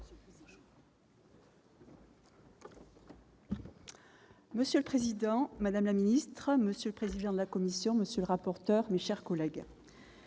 Monsieur le président, madame la ministre, monsieur le président de la commission, monsieur le rapporteur, mes chers collègues,